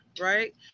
right